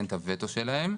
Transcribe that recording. אין את הוטו שלהם.